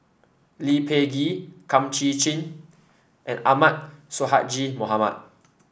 Lee Peh Gee Kum Chee Kin and Ahmad Sonhadji Mohamad